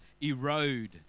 erode